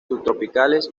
subtropicales